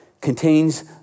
contains